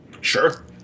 Sure